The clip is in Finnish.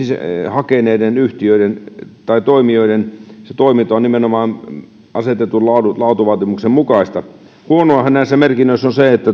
hakeneiden yhtiöiden tai toimijoiden toiminta on nimenomaan asetetun laatuvaatimuksen mukaista huonoahan näissä merkinnöissä